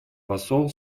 посол